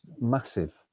massive